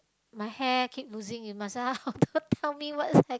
my hair keep losing you must tell me what's hair